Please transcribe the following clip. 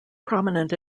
prominent